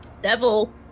Devil